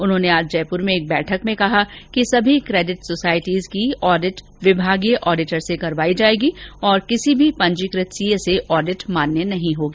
उन्होंने आज जयपुर में एक बैठक में कहा कि सभी केडिट सोसायटियों की ऑडिट विभागीय ऑडिटर से करवाई जाएगी और किसी भी पंजीकृत सीए से ऑडिट मान्य नहीं होगी